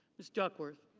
ms. duckworth.